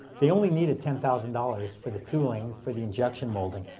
they only needed ten thousand dollars for the tooling, for the injection molding.